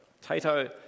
Tato